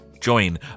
join